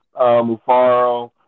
Mufaro